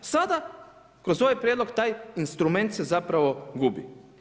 Sada kroz ovaj prijedlog taj instrument se zapravo gubi.